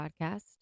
podcast